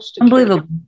unbelievable